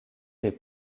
les